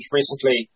recently